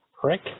prick